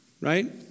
right